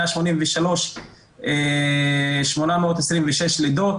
ילדים ב-183,826 לידות,